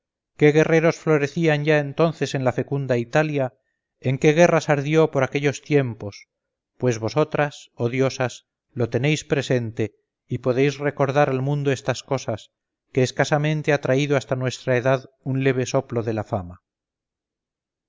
qué guerreros florecían ya entonces en la fecunda italia en qué guerras ardió por aquellos tiempos pues vosotras oh diosas lo tenéis presente y podéis recordar al mundo esas cosas que escasamente ha traído hasta nuestra edad un leve soplo de la fama